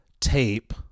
tape